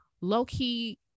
Low-key